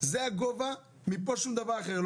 זה הגובה, מפה שום דבר אחר לא.